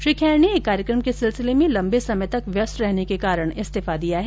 श्री खेर ने एक कार्यक्रम के सिलसिले में लम्बे समय तक व्यस्त रहने के कारण इस्तीफा दिया है